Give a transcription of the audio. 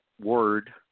word